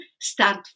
start